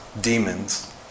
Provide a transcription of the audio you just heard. demons